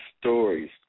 stories